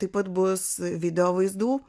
taip pat bus video vaizdų